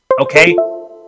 okay